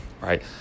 right